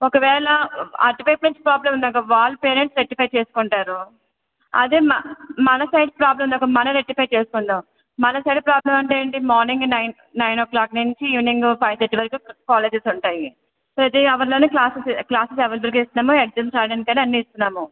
ఒకవేళ అటు వైపు నుంచి ప్రాబ్లమ్ ఉందనుకో వాళ్ళ పేరెంట్స్ రెక్టిఫై చేసుకుంటారు అదే మ మన సైడ్ ప్రాబ్లమ్ ఉందనుకో మనం రెక్టిఫై చేసుకుందాం మన సైడ్ ప్రాబ్లమ్ అంటే ఏమిటి మార్నింగ్ నైన్ నైనో క్లాక్ నుంచి ఈవెనింగ్ ఫైవ్ తర్టీ వరకు కాలేజెస్ ఉంటాయి ప్రతి అవర్లోని క్లాసెస్ క్లాసెస్ అవైలబుల్గా ఇస్త్నాము ఎగ్జామ్స్ రాయడానికి గానీ అన్నీ ఇస్త్నాము